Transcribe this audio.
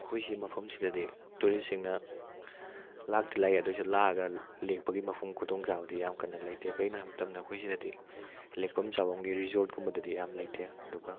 ꯑꯩꯈꯣꯏ ꯁꯤ ꯃꯐꯝꯁꯤꯗꯗꯤ ꯇꯨꯔꯤꯁꯁꯤꯡꯅ ꯂꯥꯛꯇꯤ ꯂꯥꯛꯏ ꯑꯗꯨꯑꯣꯏꯁꯨ ꯂꯥꯛꯂꯒ ꯂꯦꯛꯄꯒꯤ ꯃꯐꯝ ꯈꯨꯗꯣꯡ ꯆꯥꯕꯗꯤ ꯌꯥꯝ ꯀꯟꯅ ꯂꯩꯇꯦ ꯀꯩꯒꯤꯅꯣ ꯍꯥꯏꯕ ꯃꯇꯝꯗ ꯑꯩꯈꯣꯏ ꯁꯤꯗꯗꯤ ꯂꯦꯛꯐꯝ ꯆꯥꯐꯝꯒꯤ ꯔꯤꯖꯣꯠ ꯀꯨꯝꯕꯗꯗꯤ ꯌꯥꯝ ꯂꯩꯇꯦ ꯑꯗꯨꯒ